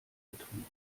getrieben